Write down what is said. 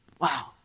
Wow